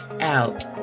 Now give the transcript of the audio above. out